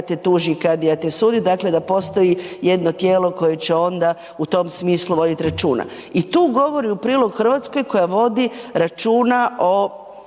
kadija te tuži i kadija te sudi, dakle da postoji jedno tijelo koje će onda u tom smislu voditi računa. I tu govori u prilog Hrvatskoj koja vodi računa o